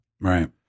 Right